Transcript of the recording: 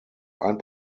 ein